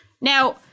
now